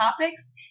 topics